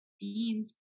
deans